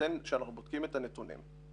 שכאשר אנחנו בודקים את הנתונים,